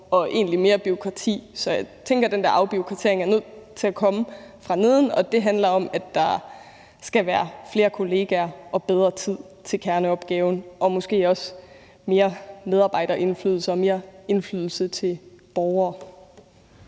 og egentlig mere bureaukrati. Så jeg tænker, at den der afbureaukratisering er nødt til at komme fra neden, og det handler om, at der skal være flere kollegaer og bedre tid til kerneopgaven og måske også mere medarbejderindflydelse og mere indflydelse til borgere.